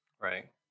Right